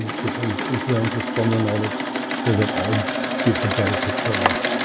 different influences from your knowledge so that all gives a better picture of